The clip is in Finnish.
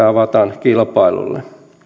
avataan kilpailulle